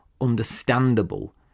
understandable